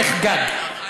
היום נחגג.